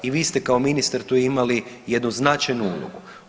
I vi ste kao ministar tu imali jednu značajnu ulogu.